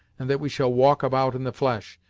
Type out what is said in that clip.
and that we shall walk about in the flesh,